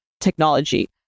technology